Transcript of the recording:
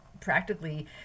practically